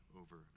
over